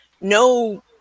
no